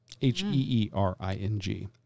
H-E-E-R-I-N-G